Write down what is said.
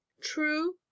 true